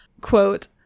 Quote